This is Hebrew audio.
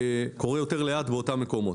קורה יותר לאט באותם מקומות.